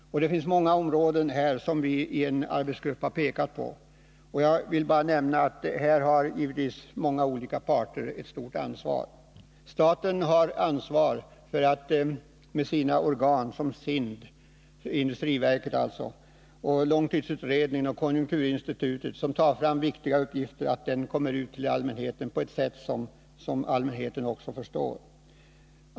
En arbetsgrupp i partiet har pekat på flera tänkbara åtgärder. Jag vill här bara nämna att många olika parter har ett stort ansvar. Sålunda har staten ansvaret för att med sina organ, sådana som SIND -— statens industriverk —, långtidsutredningen och konjunkturinstitutet, ta fram viktiga uppgifter. Men Nr 8 man måste också se till att de kommer ut till allmänheten på ett sådant sätt att Onsdagen den allmänheten också förstår dem.